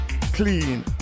clean